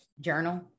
journal